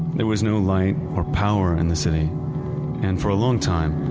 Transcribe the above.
there was no light or power in the city and for a long time,